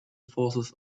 forces